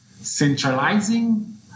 centralizing